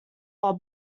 are